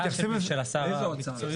איזו הצעה?